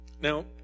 Now